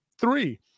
three